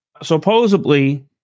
supposedly